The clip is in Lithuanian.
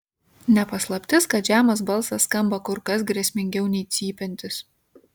ne paslaptis kad žemas balsas skamba kur kas grėsmingiau nei cypiantis